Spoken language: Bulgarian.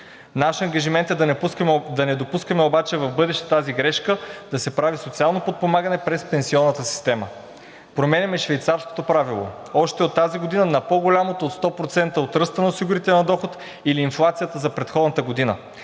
Наш ангажимент е да не допускаме обаче в бъдеще тази грешка да се прави социално подпомагане през пенсионната система. Променяме Швейцарското правило – още от тази година на по голямо от 100%, от ръста на осигурителния доход или инфлацията за предходната година.